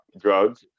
drugs